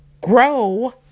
Grow